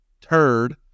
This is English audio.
Turd